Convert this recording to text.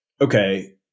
okay